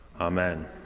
Amen